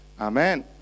Amen